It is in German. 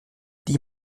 die